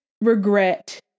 regret